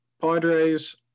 Padres